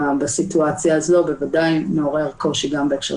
אלא רק באותם מקרים